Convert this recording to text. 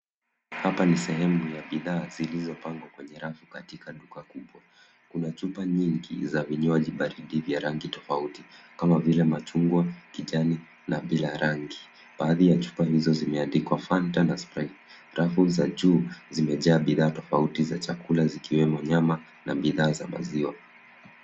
Hapa ni sehemu ya bidhaa zilizopangwa kwa rafu katika duka kubwa. Kuna chupa nyingi za vinywaji baridi vya rangi tofauti kama vile machungwa, kijani na bila rangi. Baadhi ya chupa hizo zimeandikwa Fanta na Sprite. Rafu za juu zimejaa bidhaa tofauti za chakula zikiwemo nyama na bidhaa za maziwa.